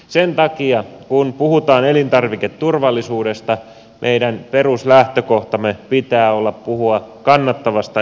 sen takia kun puhutaan elintarviketurvallisuudesta meidän peruslähtökohtamme pitää olla puhua kannattavasta elintarviketuotannosta